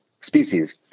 species